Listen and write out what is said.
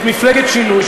את מפלגת שינוי,